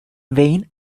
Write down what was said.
vain